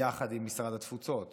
יחד עם משרד התפוצות